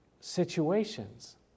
situations